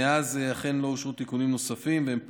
מאז אכן לא אושרו תיקונים נוספים והן פקעו,